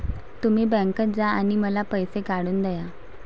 तुम्ही बँकेत जा आणि मला पैसे काढून दया